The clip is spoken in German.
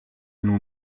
nun